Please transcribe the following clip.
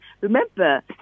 Remember